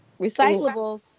recyclables